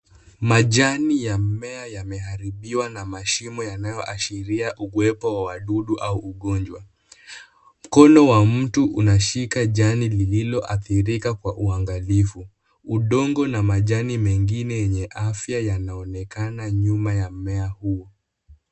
Majani ya mmea yameharibiwa na mashimo yanayoashiria ukuwepo wa wadudu au ugonjwa. Mkono wa mtu unashika jani lililoathirika kwa uangalifu. Udongo na majani mengine yenye afya yanaonekana nyuma ya mmea huo.